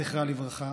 זכרה לברכה,